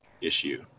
issue